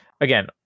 again